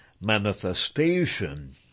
Manifestation